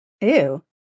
Ew